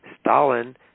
Stalin